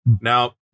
Now